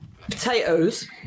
potatoes